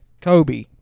Kobe